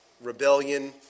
rebellion